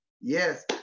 Yes